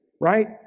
right